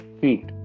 feet